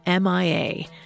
MIA